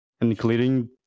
Including